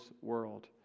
world